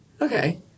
okay